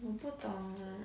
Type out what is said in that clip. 我不懂 lah